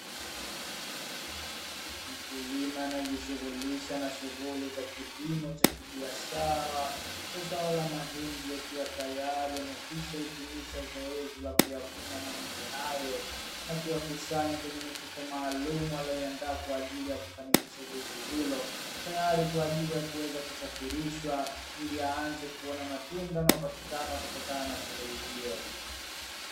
Mkulima nayejishughulisha na shughuli za kilimo cha kibiashara cha zao la mahindi yakiwa tayari yamekwisha hitimisha zoezi la kuyavuna mahindi hayo na kuyakusanya kwenye mifuko maalumu, aliyoiandaa kwa ajili ya kufanikisha zoezi hilo tayari kwa ajili ya kuweza kusafirishwa ili aanze kuona matunda na upatikana kutokana na shughuli hiyo.